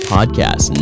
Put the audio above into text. Podcast